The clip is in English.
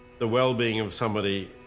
the well-being of somebody,